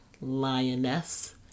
Lioness